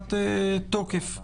להארכת תוקף.